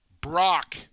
Brock